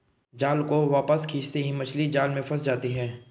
जाल को वापस खींचते ही मछली जाल में फंस जाती है